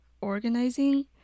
organizing